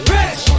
Rich